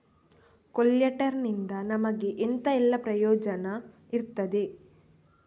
ಕೊಲ್ಯಟರ್ ನಿಂದ ನಮಗೆ ಎಂತ ಎಲ್ಲಾ ಪ್ರಯೋಜನ ಇರ್ತದೆ?